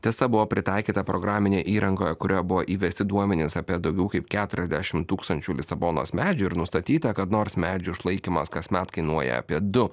tiesa buvo pritaikyta programinėj įrangoje kurioje buvo įvesti duomenys apie daugiau kaip keturiasdešim tūkstančių lisabonos medžių ir nustatyta kad nors medžių išlaikymas kasmet kainuoja apie du